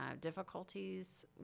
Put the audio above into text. difficulties